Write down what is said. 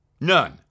None